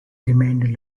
remained